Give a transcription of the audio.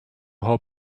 how